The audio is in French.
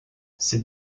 ces